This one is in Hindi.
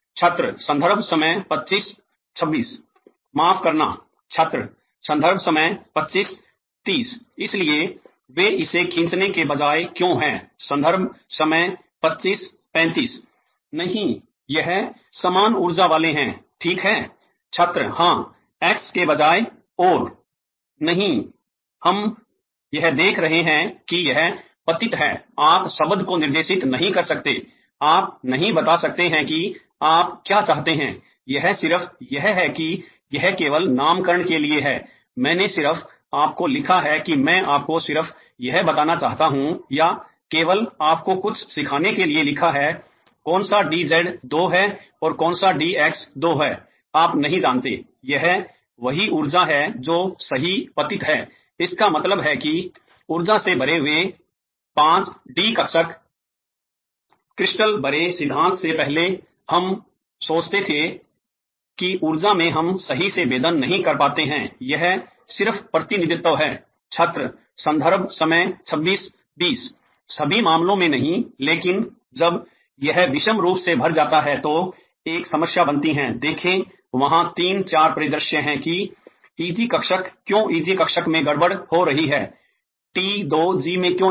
छात्र संदर्भ समय 2526 माफ करना छात्र संदर्भ समय 2530 इसलिए वे इसे खींचने के बजाय क्यों हैं संदर्भ समय 2535 नहीं यह समान ऊर्जा वाले हैं l ठीक है l छात्र हां एक्स की बजाय और l नहीं यह देख रहे हैं कि यह पतित है आप शब्द को निर्देशित नहीं कर सकते l आप यह नहीं बता सकते हैं कि आप क्या चाहते हैं यह सिर्फ यह है कि यह केवल नामकरण के लिए है l मैंने सिर्फ आपको लिखा है कि मैं आपको सिर्फ यह बताना चाहता हूं या केवल आपको कुछ सिखाने के लिए लिखा है l कौन सा dz2 है या कौन सा dx2 है आप नहीं जानते l यह वही ऊर्जा है जो सही पतित है l इसका मतलब है कि ऊर्जा से भरे हुए 5d कक्षक क्रिस्टल भरे सिद्धांत से पहले हम सोचते थे कि ऊर्जा में हम सही से भेदन नहीं कर पाते हैं यह सिर्फ प्रतिनिधित्व है l छात्र संदर्भ समय 2620 सभी मामलों में नहीं लेकिन जब यह विषम रूप से भर जाता है तो एक समस्या बनती है l देखें वहां तीन चार परिदृश्य हैं कि eg कक्षक क्यों eg कक्षक में गड़बड़ हो रही है t2g में क्यों नहीं